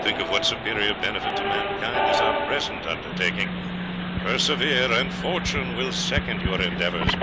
think of what superior benefit to mankind is our present undertaking persevere, and fortune will second your endeavours.